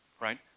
Right